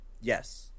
Yes